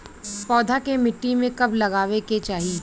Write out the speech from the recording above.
पौधा के मिट्टी में कब लगावे के चाहि?